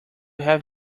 have